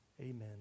Amen